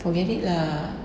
forget it lah